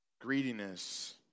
Greediness